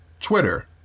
Twitter